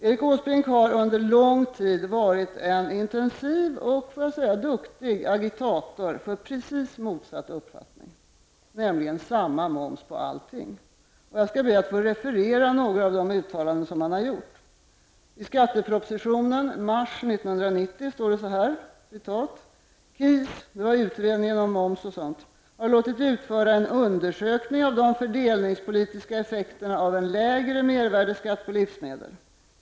Erik Åsbrink har under lång tid varit en intensiv och -- får jag säga -- duktig agitator för precis motsatt uppfattning, nämligen samma moms på allting. Jag skall be att få referera några av hans uttalanden. I skattepropositionen från mars månad 1990 står det så här: ''KIS har låtit utföra en undersökning av de fördelningspolitiska effekterna av en lägre mervärdeskatt på livsmedel.